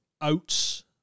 oats